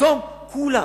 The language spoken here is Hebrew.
פתאום כולם,